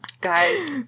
Guys